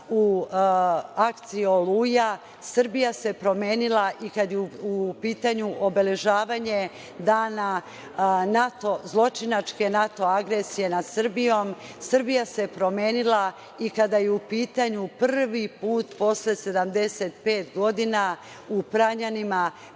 u akciji „Oluja“. Srbija se promenila i kada je u pitanju obeležavanje dana zločinačke NATO agresije nad Srbijom. Srbija se promenila i kada je u pitanju prvi put, posle 75 godina, u Pranjanima